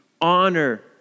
honor